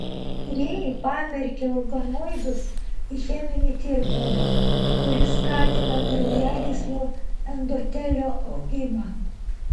tyrėjai pamerkė organoidus į cheminį tirpalą kuris skatina kraujagyslių endotelio augimą